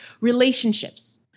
Relationships